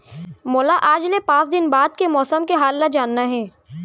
मोला आज ले पाँच दिन बाद के मौसम के हाल ल जानना हे?